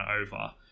over